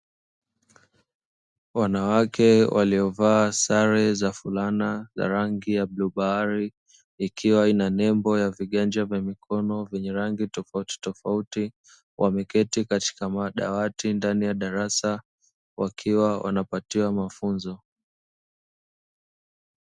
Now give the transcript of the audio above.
Wanawake waliovaa sare za fulana za rangi ya bluu bahari, ikiwa ina nembo ya viganja vya mikono vyenye rangi tofautitofauti; wameketi katika madawati ndani ya darasa wakiwa wanapatiwa mafunzo.